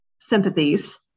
sympathies